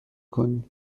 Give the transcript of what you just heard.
کنی